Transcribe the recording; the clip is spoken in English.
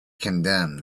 condemned